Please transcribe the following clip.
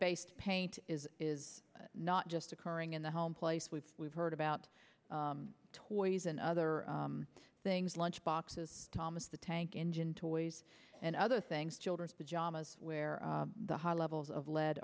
based paint is is not just occurring in the home place we've we've heard about toys and other things lunchboxes thomas the tank engine toys and other things children's pajamas where the high levels of le